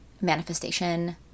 manifestation